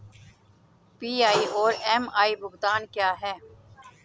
PI और MI भुगतान क्या हैं?